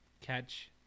catch